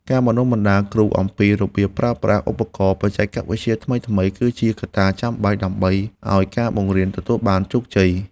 ការបណ្តុះបណ្តាលគ្រូអំពីរបៀបប្រើប្រាស់ឧបករណ៍បច្ចេកវិទ្យាថ្មីៗ គឺជាកត្តាចាំបាច់ដើម្បីឱ្យការបង្រៀនទទួលបានជោគជ័យ។